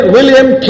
William